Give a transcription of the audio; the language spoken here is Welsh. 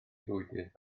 fwydydd